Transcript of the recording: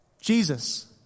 Jesus